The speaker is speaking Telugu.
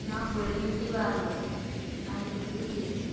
మా పొరుగింటి వాళ్ళు ఐదుగురు పేర్లు